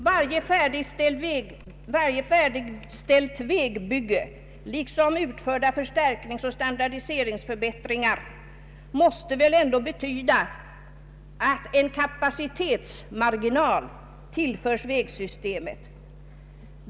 Varje färdigställt vägbygge liksom alla utförda förstärkningsoch standardiseringsförbättringar måste väl ändå betyda att en kapacitetsmarginal tillförs vägsystemet.